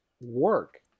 work